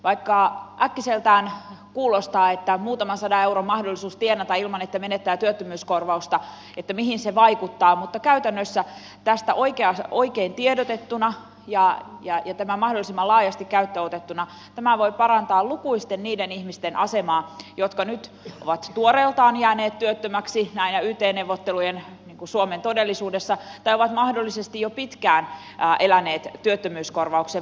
vaikka äkkiseltään ei kuulosta siltä että muutaman sadan euron mahdollisuus tienata ilman että menettää työttömyyskorvausta johonkin vaikuttaisi käytännössä tämä oikein tiedotettuna ja mahdollisimman laajasti käyttöön otettuna voi parantaa lukuisten niiden ihmisten asemaa jotka nyt ovat tuoreeltaan jääneet työttömäksi näinä yt neuvottelujen suomen todellisuudessa tai ovat mahdollisesti jo pitkään eläneet työttömyyskorvauksen varassa